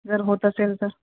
जर होत असेल तर